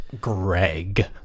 Greg